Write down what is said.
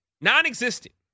non-existent